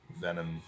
venom